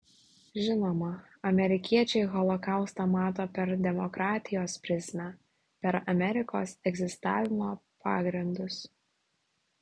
žinoma amerikiečiai holokaustą mato per demokratijos prizmę per amerikos egzistavimo pagrindus